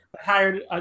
hired